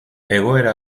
egoera